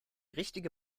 richtige